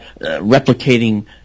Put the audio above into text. replicating